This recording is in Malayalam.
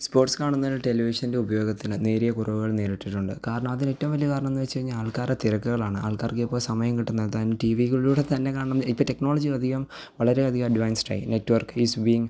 സ്പോർട്സ് കാണുന്നതിന് ടെലിവിഷൻ്റെ ഉപയോഗത്തിന് നേരിയ കുറവുകൾ നേരിട്ടിട്ടുണ്ട് കാരണം അതിലേറ്റവും വലിയ കാരണം എന്നുവെച്ചുകഴിഞ്ഞാൽ ആൾക്കാരെ തിരക്കുകളാണ് ആൾക്കാർക്കിപ്പോൾ സമയം കിട്ടുന്നത് ടി വികളിലൂടെ തന്നെ കാണണം എന്ന് ഇപ്പോൾ ടെക്നോളജി അധികം വളരെ അധികം അഡ്വാൻസ്ഡായി നെറ്റ്വർക്ക് ഈസ് ബീയിംഗ്